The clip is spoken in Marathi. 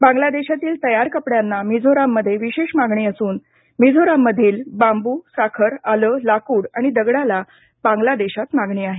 बांगलादेशातील तयार कपड्यांना मिझोराममध्ये विशेष मागणी असून मिझोराम मधील बांबू साखर आलं लाकूड आणि दगडाला बांगलादेशात मागणी आहे